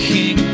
King